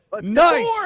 Nice